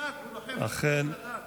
אכן